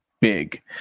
big